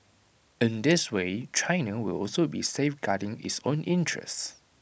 in this way China will also be safeguarding its own interests